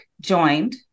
joined